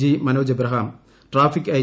G Manoj Abraham traffic I